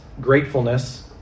gratefulness